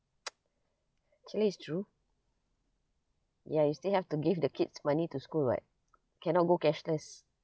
actually it's true ya you still have to give the kids money to school [what] cannot go cashless